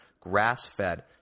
grass-fed